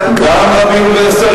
רבים מהשרים